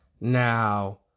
Now